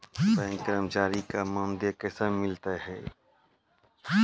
Bank कर्मचारी का मानदेय कैसे मिलता हैं?